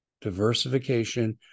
diversification